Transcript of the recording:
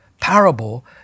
parable